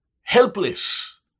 helpless